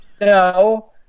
No